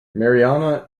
marianna